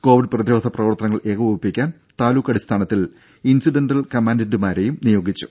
Covid പ്രതിരോധ പ്രവർത്തനങ്ങൾ ഏകോപിപ്പിക്കാൻ താലൂക്കടിസ്ഥാനത്തിൽ ഇൻസിഡന്റൽ കമാൻഡന്റുമാരെ നിയമിച്ചു